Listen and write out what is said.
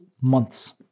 months